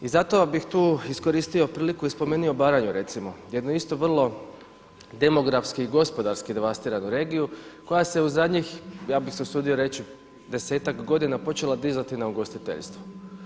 I zato bih tu iskoristio priliku i spomenuo Baranju recimo, jednu isto vrlo demografski i gospodarski devastiranu regiju koja se u zadnjih ja bi se usudio reći desetak godina počela dizati na ugostiteljstvo.